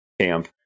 camp